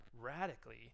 Radically